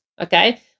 Okay